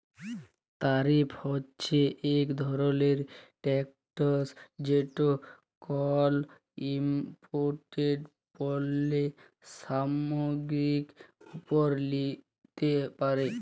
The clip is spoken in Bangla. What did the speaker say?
তারিফ হছে ইক ধরলের ট্যাকস যেট কল ইমপোর্টেড পল্য সামগ্গিরির উপর লিতে পারে